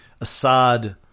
Assad